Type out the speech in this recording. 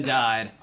died